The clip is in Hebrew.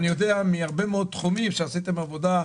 אני יודע מהרבה מאוד תחומים שעשיתם עבודה,